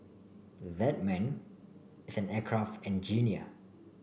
that man is an aircraft engineer